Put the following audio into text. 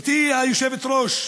גברתי היושבת-ראש,